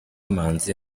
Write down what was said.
manzi